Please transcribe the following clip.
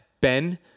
ben